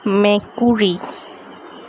মেকুৰী